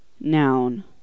noun